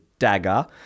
Dagger